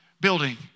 building